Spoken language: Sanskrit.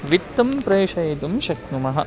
वित्तं प्रेषयितुं शक्नुमः